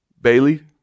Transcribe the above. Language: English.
Bailey